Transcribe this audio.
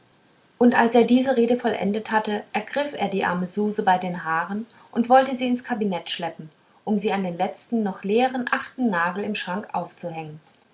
und als er diese rede vollendet hatte ergriff er die arme suse bei den haaren und wollte sie ins kabinett schleppen um sie an den letzten noch leeren achten nagel im schrank aufzuhängen